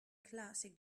classic